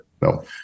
no